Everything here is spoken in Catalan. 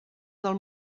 del